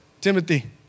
Timothy